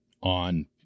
on